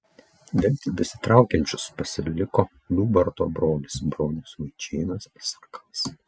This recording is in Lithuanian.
dengti besitraukiančius pasiliko liubarto brolis bronius vaičėnas sakalas